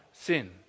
Sin